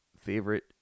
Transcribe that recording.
favorite